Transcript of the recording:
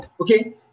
Okay